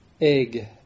egg